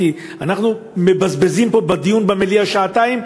כי אנחנו מבזבזים פה בדיון במליאה שעתיים,